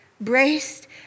Braced